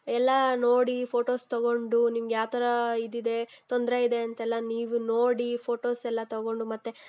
ಎಲ್ಲ ನೋಡಿ ಫೋಟೊಸ್ ತಗೊಂಡು ನಿಮ್ಗೆ ಯಾವ ಥರ ಇದು ಇದೆ ತೊಂದರೆ ಇದೆ ಅಂತೆಲ್ಲ ನೀವು ನೋಡಿ ಫೋಟೊಸೆಲ್ಲ ತಗೊಂಡು ಮತ್ತು